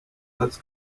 als